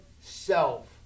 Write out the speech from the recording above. self